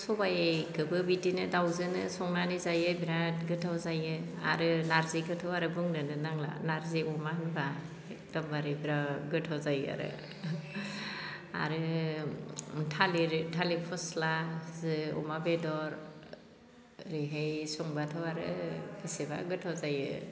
सबायखोबो बिदिनो दाउजोनो संनानै जायो बिराद गोथाव जायो आरो नारजिखौथ' आरो बुंनोनो नांला नारजि अमा होनब्ला एखदमबारे बिराद गोथाव जायो आरो आरो थालिर थालिर फस्लाजो अमा बेदर ओरैहाय संब्लाथ' आरो बेसेबा गोथाव जायो